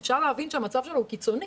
אבל אפשר להבין שהמצב שלו קיצוני.